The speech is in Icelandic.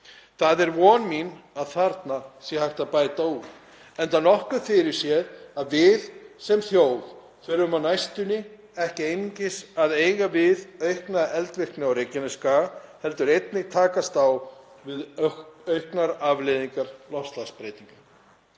Það er von mín að þarna sé hægt að bæta úr enda nokkuð fyrirséð að við sem þjóð þurfum á næstunni ekki einungis að eiga við aukna eldvirkni á Reykjanesskaga heldur einnig takast á við auknar afleiðingar loftslagsbreytinga.